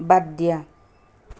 বাদ দিয়া